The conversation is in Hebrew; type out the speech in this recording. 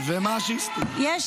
באמת אי-אפשר לשמוע את השקרים ------ אז